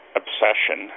obsession